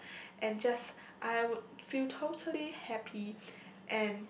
and just I would feel totally happy and